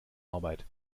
arbeit